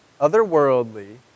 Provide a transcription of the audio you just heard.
otherworldly